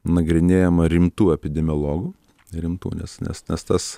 nagrinėjama rimtų epidemiologų rimtų nes nes nes tas